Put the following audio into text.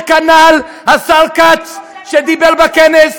וכנ"ל השר כץ שדיבר בכנס,